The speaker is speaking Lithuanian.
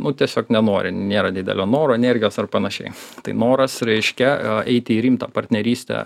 nu tiesiog nenori nėra didelio noro energijos ar panašiai tai noras reiškia eiti į rimtą partnerystę